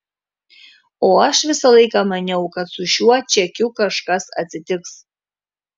o aš visą laiką maniau kad su šiuo čekiu kažkas atsitiks